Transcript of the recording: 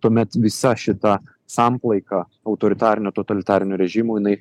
tuomet visa šita samplaika autoritarinio totalitarinio režimo jinai